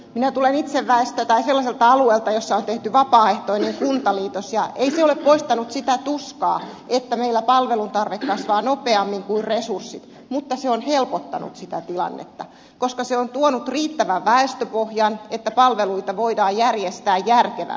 minä tulen itse sellaiselta alueelta jolla on tehty vapaaehtoinen kuntaliitos ja ei se ole poistanut sitä tuskaa että meillä palvelun tarve kasvaa nopeammin kuin resurssit mutta se on helpottanut sitä tilannetta koska se on tuonut riittävän väestöpohjan että palveluita voidaan järjestää järkevämmin